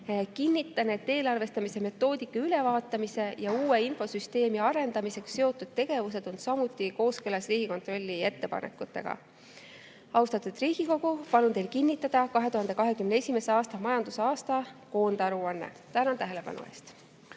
Kinnitan, et eelarvestamise metoodika ülevaatamise ja uue infosüsteemi arendamisega seotud tegevused on samuti kooskõlas Riigikontrolli ettepanekutega. Austatud Riigikogu, palun teil kinnitada 2021. aasta majandusaasta koondaruanne. Tänan tähelepanu eest!